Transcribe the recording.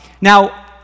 Now